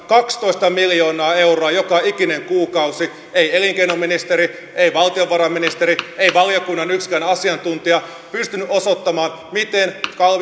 kaksitoista miljoonaa euroa joka ikinen kuukausi ei elinkeinoministeri ei valtiovarainministeri ei valiokunnan yksikään asiantuntija pystynyt osoittamaan miten